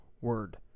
word